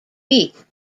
week